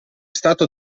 stato